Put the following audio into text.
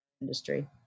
industry